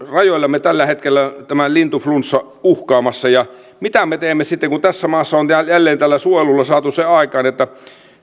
rajoillamme tällä hetkellä tämä lintuflunssa uhkaamassa mitä me teemme sitten kun tässä maassa on jälleen tällä suojelulla saatu se aikaan että